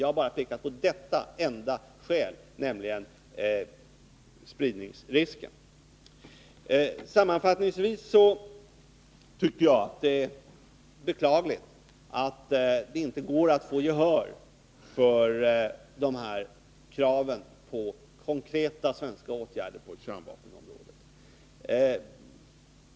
Jag har bara pekat på detta enda skäl, nämligen spridningsrisken. Sammanfattningsvis tycker jag att det beklagligt att det är inte går att få gehör för kraven på konkreta svenska åtgärder på kärnvapenområdet.